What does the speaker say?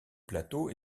plateau